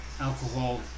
alcohol